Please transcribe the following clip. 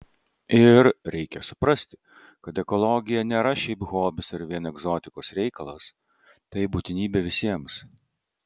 ir reikia suprasti kad ekologija nėra šiaip hobis ir vien egzotikos reikalas tai būtinybė visiems